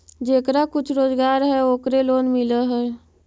जेकरा कुछ रोजगार है ओकरे लोन मिल है?